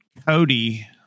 Cody